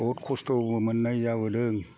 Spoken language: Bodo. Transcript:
बहुद खस्थ' मोननाय जाबोदों